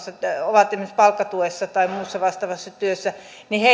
ovat esimerkiksi palkkatuessa tai muussa vastaavassa työssä